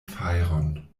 fajron